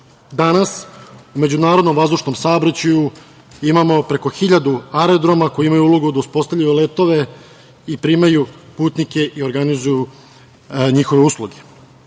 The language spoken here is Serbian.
Danas, u međunarodnom vazdušnom saobraćaju imamo preko hiljadu aerodroma, koji imaju ulogu da uspostavljaju letove i primaju putnike i organizuju njihove usluge.